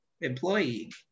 employee